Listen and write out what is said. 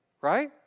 right